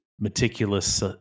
meticulous